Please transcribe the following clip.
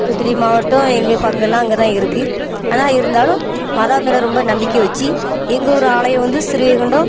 தூத்துக்குடி மாவட்டம் எங்கள் பங்கெல்லாம் அங்கே தான் இருக்குது ஆனால் இருந்தாலும் மாதா மேலே ரொம்ப நம்பிக்கை வச்சு எங்கள் ஊர் ஆலயம் வந்து ஸ்ரீவைகுண்டம்